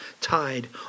tied